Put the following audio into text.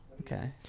Okay